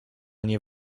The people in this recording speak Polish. nie